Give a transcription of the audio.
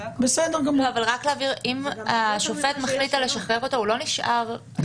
אם השופט מחליט לא לשחרר אותו- -- ברור.